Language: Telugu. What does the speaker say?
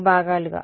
4 భాగాలుగా